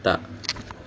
tak